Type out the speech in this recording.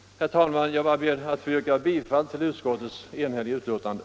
Herr talman! Jag ber att få yrka bifall till utskottets enhälliga hemställan.